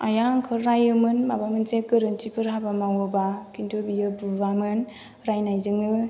आइया आंखौ रायोमोन माबा मोनसे गोरोन्थिफोर हाबा मावोबा खिन्थु बियो बुवामोन रायनायजोंनो